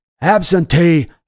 absentee